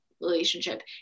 relationship